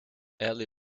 eli